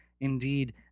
indeed